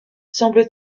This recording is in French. semble